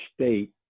state